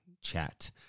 chat